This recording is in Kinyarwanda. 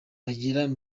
bagirana